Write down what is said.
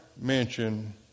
mention